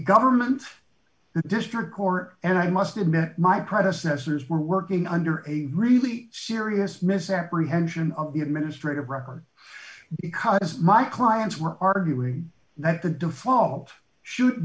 government district court and i must admit my predecessors were working under a really serious misapprehension of the administrative record because my clients were arguing that the default sho